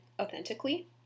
authentically